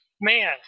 Man